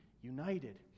united